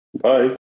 bye